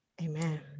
Amen